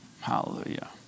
Hallelujah